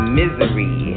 misery